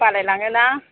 बालाय लाङोलां